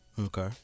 Okay